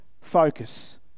focus